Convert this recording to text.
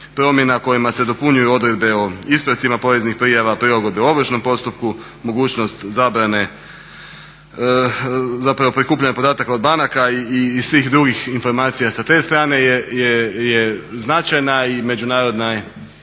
kojima se dopunjuju odredbe o ispravcima poreznih prijava, prilagodbe ovršnom postupku, mogućnost zabrane zapravo prikupljanje podataka od banaka i svih drugih informacija sa te strane je značajna i međunarodne